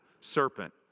serpent